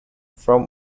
from